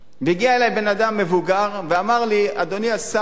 והגיע אלי בן-אדם מבוגר ואמר לי: אדוני השר,